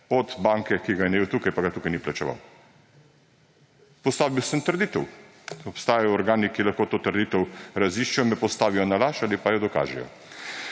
od banke, ki ga je najel tukaj, pa ga tukaj ni plačeval. Postavil sem trditev. Obstajajo organi, ki lahko to trditev raziščejo, me postavijo na laž ali pa jo dokažejo.